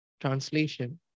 Translation